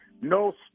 No